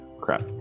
crap